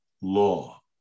law